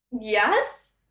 Yes